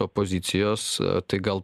opozicijos tai gal